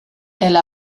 elle